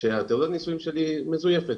שתעודת הנישואים שלי היא מזויפת.